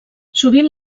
sovint